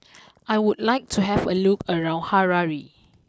I would like to have a look around Harare